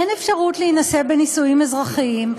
אין אפשרות להינשא בנישואים אזרחיים.